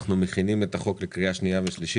אנחנו מכינים את החוק לקריאה שנייה ושלישית.